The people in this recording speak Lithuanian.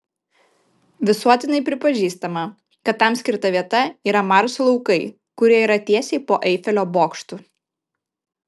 visuotinai pripažįstama kad tam skirta vieta yra marso laukai kurie yra tiesiai po eifelio bokštu